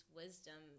wisdom